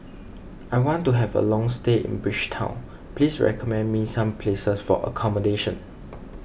I want to have a long stay in Bridgetown please recommend me some places for accommodation